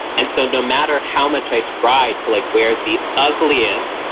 and so no matter how much i tried to, like, wear the ugliest,